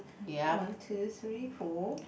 one two three four